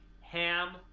ham